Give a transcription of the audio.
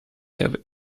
have